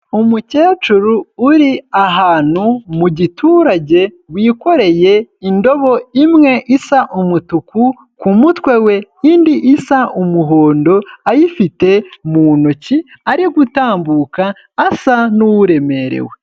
Umukecuru uri ahantu mu giturage, wikoreye indobo imwe isa umutuku ku mutwe we, indi isa umuhondo ayifite mu ntoki, ari gutambuka asa n'uremerewe.